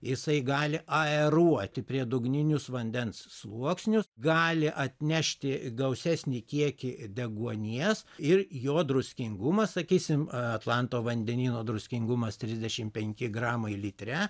jisai gali aeruoti priedugninius vandens sluoksnius gali atnešti gausesnį kiekį deguonies ir jo druskingumas sakysim atlanto vandenyno druskingumas trisdešim penki gramai litre